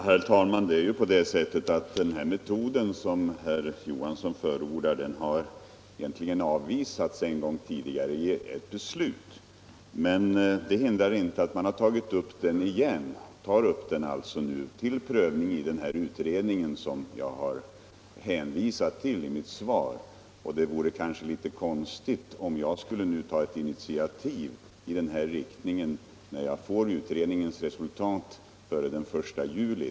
Herr talman! Den metod som herr Johansson i Växjö förordar har egentligen avvisats en gång tidigare i ett beslut. Men det hindrar inte att man tar upp den till prövning igen i den utredning som jag har hänvisat till i mitt svar, och det vore kanske litet konstigt om jag nu skulle ta ett initiativ när jag får utredningens resultat före den 1 juli.